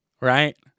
right